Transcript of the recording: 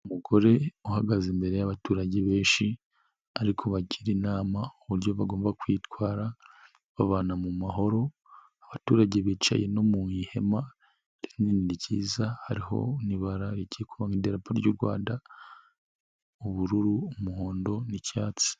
Umugore uhagaze imbere y'abaturage benshi, arikubagira inama uburyo bagomba kwitwara, babana mu mahoro, abaturage bicaye no mu ihema, rinini ryiza hariho n'ibara rigiye kuba nk'idarapo ry'u Rwanda, ubururu, umuhondo, n'icyatsi.